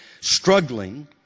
struggling